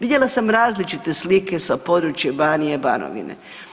Vidjela sam različite slike sa područja Banije/Banovine.